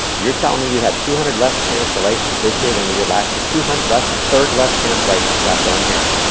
you're telling me we had two hundred less cancellations this year than we did last year? two hundred less, a third less cancellations. that's what i'm hearing.